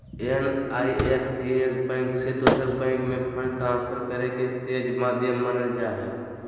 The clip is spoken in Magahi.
एन.ई.एफ.टी एक बैंक से दोसर बैंक में फंड ट्रांसफर करे के तेज माध्यम मानल जा हय